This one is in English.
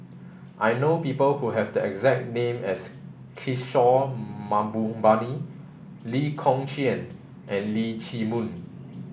I know people who have the exact name as Kishore Mahbubani Lee Kong Chian and Leong Chee Mun